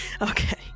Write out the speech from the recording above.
Okay